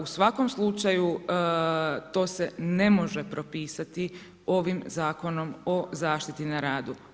U svakom slučaju to se ne može propisati ovim zakonom o zaštiti na radu.